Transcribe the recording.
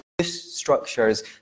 structures